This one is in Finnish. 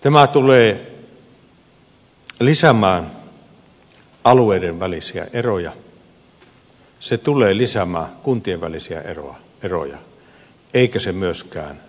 tämä tulee lisäämään alueiden välisiä eroja se tulee lisäämään kuntien välisiä eroja eikä se myöskään